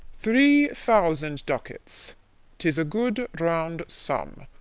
three thousand ducats tis a good round sum.